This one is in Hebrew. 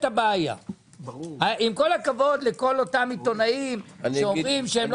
עם כל הכבוד לאותם עיתונאים שאומרים שאנחנו